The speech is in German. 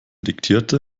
diktierte